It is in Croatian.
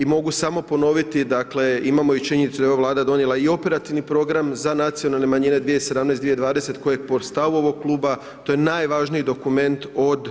I mogu samo ponoviti dakle imamo i činjenicu da je ova Vlada donijela i operativni program za nacionalne manjine 2017./2020. koje po stavu ovog kluba to je najvažniji element od